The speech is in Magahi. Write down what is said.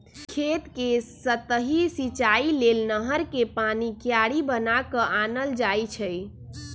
खेत कें सतहि सिचाइ लेल नहर कें पानी क्यारि बना क आनल जाइ छइ